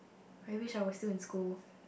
I wish I was still in school